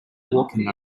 walking